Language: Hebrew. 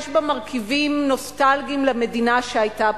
יש בה מרכיבים נוסטלגיים למדינה שהיתה פעם,